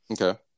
okay